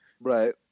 Right